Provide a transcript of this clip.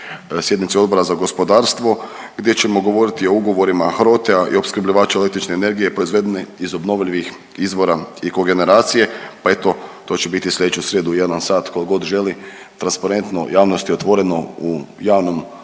sjednici Odbora za gospodarstvo gdje ćemo govoriti o ugovorima HROTE-a i opskrbljivača električne energije proizvedene iz obnovljivih izvora i kogeneracije. Pa eto to će biti u sljedeću sijedu u jedan sat, pa tko god želi transparentno javnosti otvoreno u javnom